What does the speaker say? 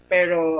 Pero